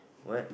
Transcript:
what